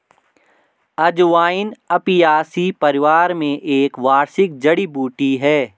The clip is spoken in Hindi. अजवाइन अपियासी परिवार में एक वार्षिक जड़ी बूटी है